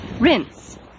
Rinse